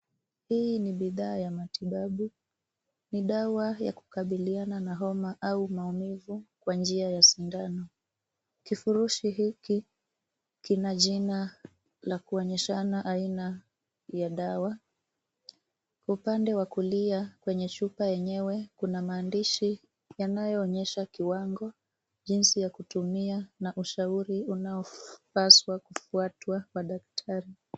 Hii ni bidhaa ya matibabu. Ni dawa ya kukabiliana na homa ama maumivu kwa njia ya sindano. Kifurushi hiki kina jina la kuonyeshana aina ya dawa. Upande wa kulia kwenye chupa yenyewe, kuna maandishi yanayoonyesha kiwango, jinsi ya kutumia na ushauri unaopaswa kufuatwa na daktari.